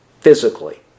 physically